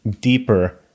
deeper